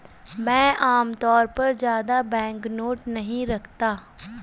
मैं आमतौर पर ज्यादा बैंकनोट नहीं रखता